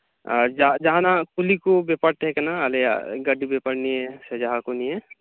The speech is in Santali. ᱟᱨ ᱡᱟ ᱡᱟᱦᱟᱱᱟᱜ ᱠᱩᱞᱤ ᱠᱚ ᱵᱮᱯᱟᱨ ᱛᱟᱦᱮᱸ ᱠᱟᱱᱟ ᱟᱞᱮᱭᱟᱜ ᱜᱟᱹᱰᱤ ᱵᱮᱯᱟᱨ ᱱᱤᱭᱮ ᱥᱮ ᱡᱟᱦᱟᱸ ᱠᱚ ᱱᱤᱭᱮ